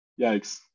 Yikes